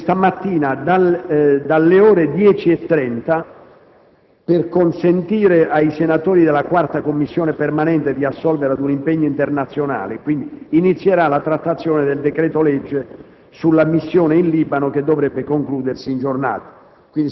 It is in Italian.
Questa mattina, dalle ore 10,30 - per consentire ai senatori della 4a Commissione permanente di assolvere ad un impegno internazionale - inizierà la trattazione del decreto-legge sulla missione in Libano, che dovrebbe concludersi in giornata.